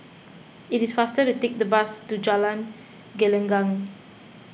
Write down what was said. it is faster to take the bus to Jalan Gelenggang